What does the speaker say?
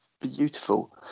beautiful